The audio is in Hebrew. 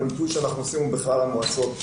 אבל המיפוי שאנחנו עושים הוא בכלל המועצות.